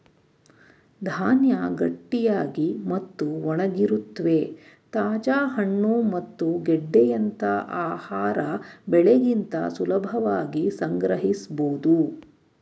ಧಾನ್ಯ ಗಟ್ಟಿಯಾಗಿ ಮತ್ತು ಒಣಗಿರುತ್ವೆ ತಾಜಾ ಹಣ್ಣು ಮತ್ತು ಗೆಡ್ಡೆಯಂತ ಆಹಾರ ಬೆಳೆಗಿಂತ ಸುಲಭವಾಗಿ ಸಂಗ್ರಹಿಸ್ಬೋದು